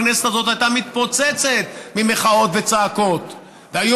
הכנסת הזאת הייתה מתפוצצת ממחאות וצעקות והיו